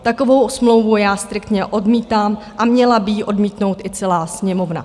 Takovou smlouvu já striktně odmítám a měla by ji odmítnout i celá Sněmovna.